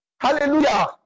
Hallelujah